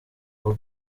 uwa